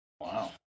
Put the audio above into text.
Wow